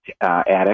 attic